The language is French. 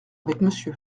avec